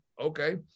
Okay